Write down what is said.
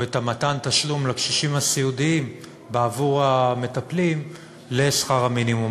או את מתן התשלום לקשישים הסיעודיים בעבור המטפלים לשכר המינימום.